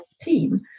team